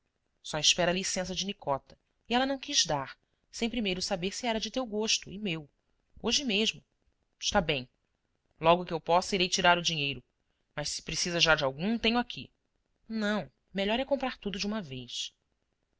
só espera licença de nicota e ela não quis dar sem primeiro saber se era de teu gosto e meu hoje mesmo está bem logo que eu possa irei tirar o dinheiro mas se precisa já de algum tenho aqui não melhor é comprar tudo de uma vez